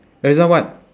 erza what